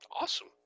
Awesome